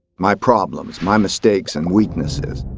my problems, my mistakes, and weaknesses.